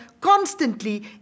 constantly